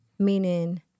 Meaning